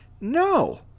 No